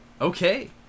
Okay